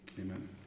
Amen